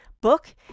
book